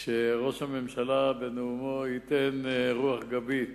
שראש הממשלה בנאומו ייתן רוח גבית